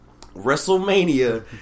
Wrestlemania